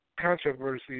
controversy